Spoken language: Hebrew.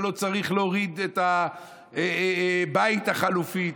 אתה לא צריך להוריד את הבית החלופי,